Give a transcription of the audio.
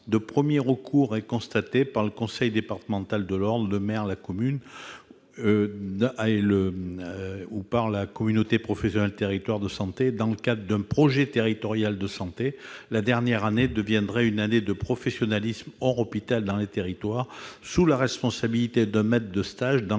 de premier recours est constatée par le conseil département de l'ordre, par le maire de la commune ou par la communauté professionnelle territoriale de santé. La dernière année deviendrait une année de professionnalisation hors hôpital, dans les territoires, sous la responsabilité d'un maître de stage, dans